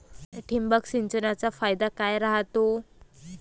ठिबक सिंचनचा फायदा काय राह्यतो?